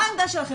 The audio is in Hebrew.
מה העמדה שלכם?